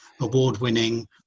award-winning